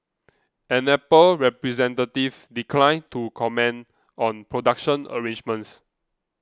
an Apple representative declined to comment on production arrangements